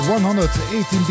118